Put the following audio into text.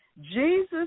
Jesus